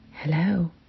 Hello